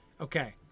Okay